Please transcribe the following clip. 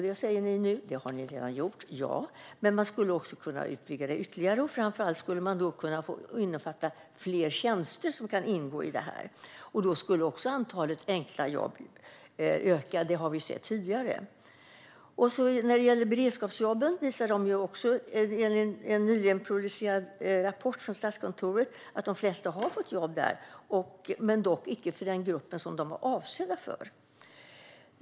Det säger ni nu att ni redan har gjort - ja, men man skulle kunna utvidga dem ytterligare. Framför allt skulle fler tjänster kunna ingå, och då skulle antalet enkla jobb öka; det har vi sett tidigare. När det gäller beredskapsjobben visar en nyligen publicerad rapport från Statskontoret att de flesta har fått jobb, men inte i den grupp som beredskapsjobben var avsedda för.